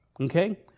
Okay